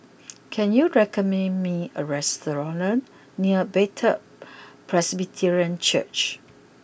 can you recommend me a restaurant near Bethel Presbyterian Church